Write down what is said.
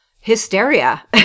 hysteria